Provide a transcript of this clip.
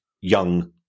young